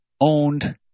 owned